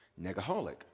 negaholic